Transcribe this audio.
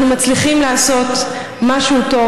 אנחנו מצליחים לעשות משהו טוב.